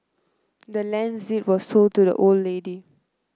the land's deed was sold to the old lady